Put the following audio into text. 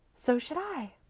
so should i.